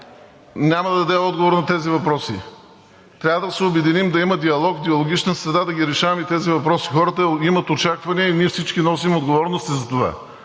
няма да даде отговор на тези въпроси. Трябва да се обединим, да има диалог, в диалогична среда да ги решаваме тези въпроси! Хората имат очаквания и ние всички носим отговорности за това.